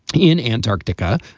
in antarctica.